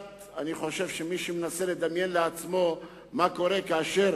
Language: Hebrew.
אני חושב שמי שמנסה לדמיין לעצמו מה קורה כאשר